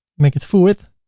make it full width.